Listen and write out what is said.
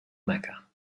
mecca